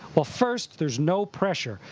well, first, there's no pressure.